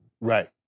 Right